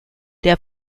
der